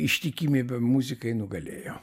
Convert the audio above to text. ištikimybė muzikai nugalėjo